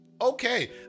Okay